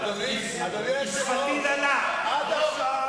אדוני היושב-ראש, עד עכשיו,